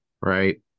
Right